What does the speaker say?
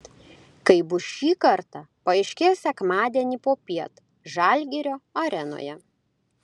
kaip bus šį kartą paaiškės sekmadienį popiet žalgirio arenoje